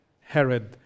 Herod